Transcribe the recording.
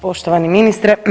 Poštovani ministre.